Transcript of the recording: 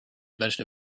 invention